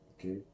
Okay